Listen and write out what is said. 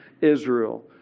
Israel